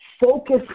focus